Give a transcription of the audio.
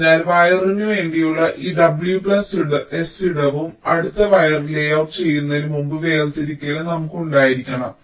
അതിനാൽ വയറിനുവേണ്ടിയുള്ള ഈ w s ഇടവും അടുത്ത വയർ ലേഔട്ട് ചെയ്യുന്നതിന് മുമ്പ് വേർതിരിക്കലും നമുക്ക് ഉണ്ടായിരിക്കണം